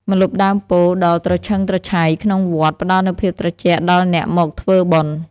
ម្លប់ដើមពោធិ៍ដ៏ត្រឈឹងត្រឈៃក្នុងវត្ត ផ្តល់នូវភាពត្រជាក់ដល់អ្នកមកធ្វើបុណ្យ។